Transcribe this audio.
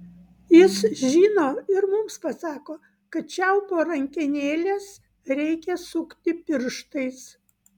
jis žino ir mums pasako kad čiaupo rankenėles reikia sukti pirštais